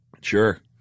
Sure